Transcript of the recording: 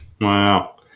Wow